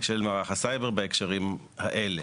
של מערך הסייבר בהקשרים האלה.